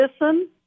listen